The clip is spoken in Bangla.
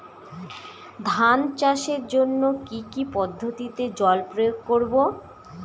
ধান চাষের জন্যে কি কী পদ্ধতিতে জল প্রয়োগ করব?